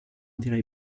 dirait